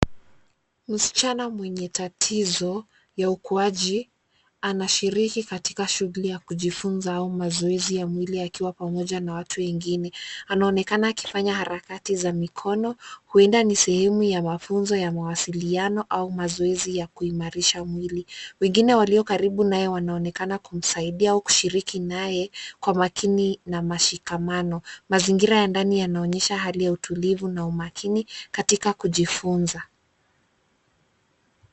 Msichana mwenye tatizo, ya ukuaji, anashiriki katika shughuli ya kujifunza au mazoezi ya mwili akiwa pamoja na watu wengine. Anaonekana akifanya harakati za mikono, huenda ni sehemu ya mafunzo ya mawasiliano au mazoezi yakuimarisha mwili. Wengine walio karibu naye wanaonekana kumsaidia au kushiriki naye, kwa makini na mashikamano. Mazingira ya ndani yanaonyesha hali ya utulivu na umakini, katika kujifunza.